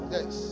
Yes